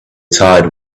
tired